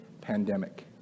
pandemic